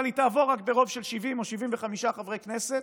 אבל היא תעבור רק ברוב של 70 או 75 חברי כנסת,